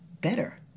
better